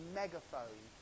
megaphone